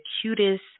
cutest